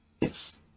yes